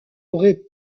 aurait